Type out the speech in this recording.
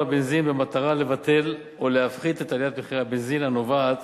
הבנזין במטרה לבטל או להפחית את עליית מחירי הבנזין הנובעת